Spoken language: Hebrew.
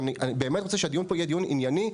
אני באמת רוצה שהדיון פה יהיה דיון ענייני,